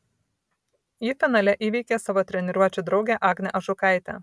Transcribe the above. ji finale įveikė savo treniruočių draugę agnę ažukaitę